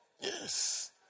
Yes